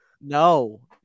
no